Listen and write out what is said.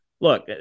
look